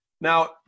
now